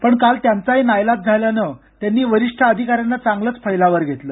पण काल त्यांचाही नाईलाज झाल्यानं त्यांनी वरिष्ठ अधिकाऱ्यांना चांगलंच फैलावर घेतलं